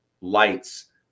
lights